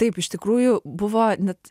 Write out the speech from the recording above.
taip iš tikrųjų buvo net